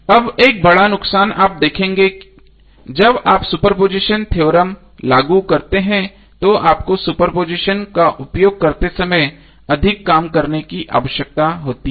अब एक बड़ा नुकसान आप देखेंगे जब आप सुपरपोजिशन थ्योरम लागू करते हैं तो आपको सुपरपोज़िशन का उपयोग करते समय अधिक काम करने की आवश्यकता होती है